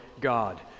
God